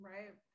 Right